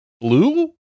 Blue